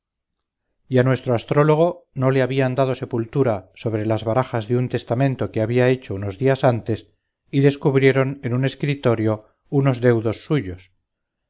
a nuestro astrólogo no le habían dado sepultura sobre las barajas de un testamento que había hecho unos días antes y descubrieron en un escritorio unos deudos suyos